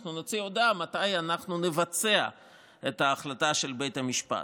אנחנו נוציא הודעה מתי אנחנו נבצע את ההחלטה של בית המשפט.